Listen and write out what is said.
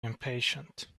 impatient